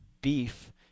beef